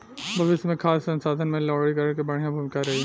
भविष्य मे खाद्य संसाधन में लवणीकरण के बढ़िया भूमिका रही